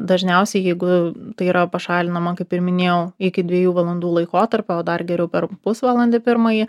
dažniausiai jeigu tai yra pašalinama kaip ir minėjau iki dviejų valandų laikotarpio o dar geriau per pusvalandį pirmąjį